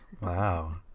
Wow